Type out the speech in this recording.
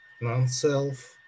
non-self